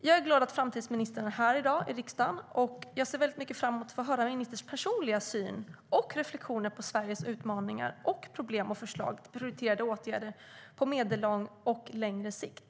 Jag är glad att framtidsministern är här i riksdagen i dag, och jag ser mycket fram emot att få höra hennes personliga syn och reflektioner på Sveriges utmaningar och problem och förslag till prioriterade åtgärder på medellång och längre sikt.